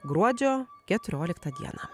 gruodžio keturioliktą dieną